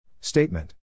Statement